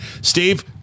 steve